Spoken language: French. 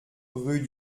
rue